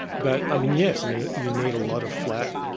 but um yes, yeah you need a lot of flat,